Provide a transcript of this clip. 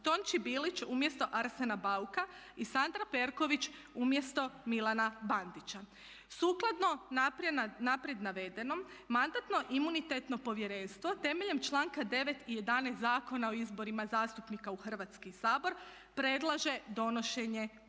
Tonči Bilić umjesto Arsena Bauka i Sandra Perković umjesto Milana Bandića. Sukladno naprijed navedenom Mandatno-imunitetno povjerenstvo temeljem članka 9. i 11. Zakona o izborima zastupnika u Hrvatski sabor predlaže donošenje